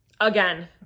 again